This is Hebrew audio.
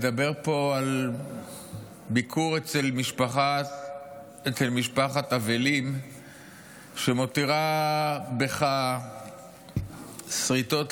מדבר פה על ביקור אצל משפחת אבלים שמותיר בך סריטות,